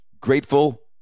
grateful